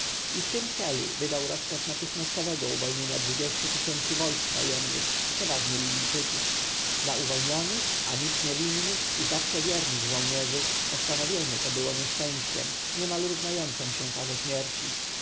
i w tym celu wydał rozkaz natychmiastowego uwolnienia dwudziestu tysięcy wojsk najemnych przeważnie libijczyków dla uwolnionych a nic nie winnych i zawsze wiernych żołnierzy postanowienie to było nieszczęściem niemal równającem się karze śmierci